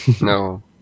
No